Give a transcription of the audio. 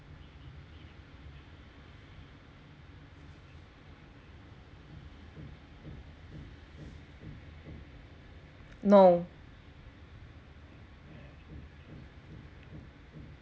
no